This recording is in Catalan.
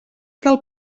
del